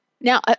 Now